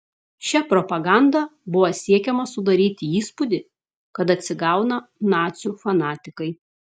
šia propaganda buvo siekiama sudaryti įspūdį kad atsigauna nacių fanatikai